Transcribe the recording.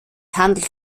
handelt